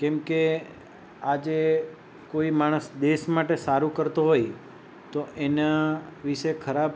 કેમકે આજે કોઈ માણસ દેશ માટે સારું કરતો હોય તો એના વિષે ખરાબ